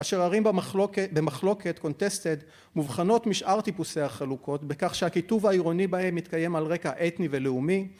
אשר ערים במחלוקת, קונטסטד, מובחנות משאר טיפוסי החלוקות בכך שהכיתוב העירוני בהם מתקיים על רקע אתני ולאומי